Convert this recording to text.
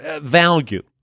value